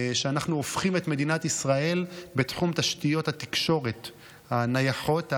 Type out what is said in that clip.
שאנחנו הופכים את מדינת ישראל בתחום תשתיות התקשורת הנייחות,